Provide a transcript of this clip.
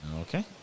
Okay